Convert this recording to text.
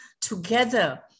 together